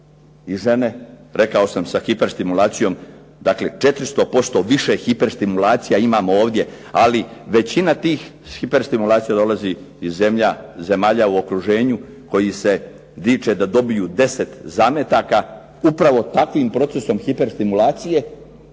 i žene, rekao sam, sa hiperstimulacijom, dakle 400% više hiperstimulacija imamo ovdje, ali većina tih hiperstimulacija dolazi iz zemalja u okruženju koji se diče da dobiju 10 zametaka upravo takvim procesom hiperstimulacije